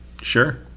sure